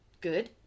good